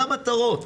מה המטרות?